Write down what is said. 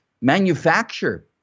manufacture